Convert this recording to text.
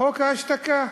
חוק ההשתקה: